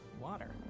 water